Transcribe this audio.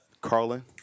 Carlin